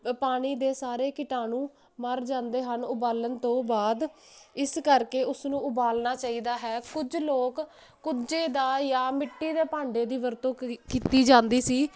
ਪਾਣੀ ਦੇ ਸਾਰੇ ਕੀਟਾਣੂ ਮਰ ਜਾਂਦੇ ਹਨ ਉਬਾਲਣ ਤੋਂ ਬਾਅਦ ਇਸ ਕਰਕੇ ਉਸਨੂੰ ਉਬਾਲਣਾ ਚਾਹੀਦਾ ਹੈ ਕੁਝ ਲੋਕ ਕੁਜੇ ਦਾ ਜਾਂ ਮਿੱਟੀ ਦੇ ਭਾਂਡੇ ਦੀ ਵਰਤੋਂ ਕੀਤੀ ਜਾਂਦੀ ਸੀ